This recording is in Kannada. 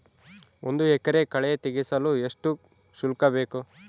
ಒಂದು ಎಕರೆ ಕಳೆ ತೆಗೆಸಲು ಎಷ್ಟು ಶುಲ್ಕ ಬೇಕು?